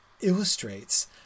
illustrates